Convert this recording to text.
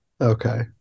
okay